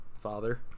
father